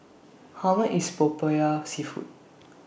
How much IS Popiah Seafood